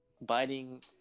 biting